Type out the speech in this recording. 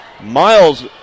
Miles